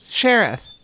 Sheriff